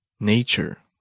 Nature